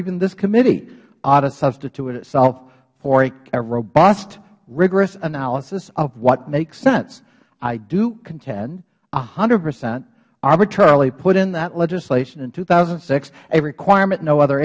even this committee ought to substitute itself for a robust rigorous analysis of what makes sense i do contend one hundred percent arbitrarily put in that legislation in two thousand and six a requirement no other